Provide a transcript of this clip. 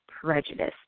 prejudice